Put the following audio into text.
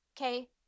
okay